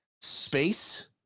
space